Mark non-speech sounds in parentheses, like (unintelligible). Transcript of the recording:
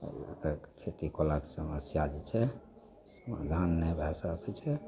आब जे छथि खेती कोला के समाचार छै (unintelligible) छै